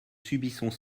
subissons